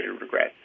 regret